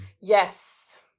Yes